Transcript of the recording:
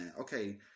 okay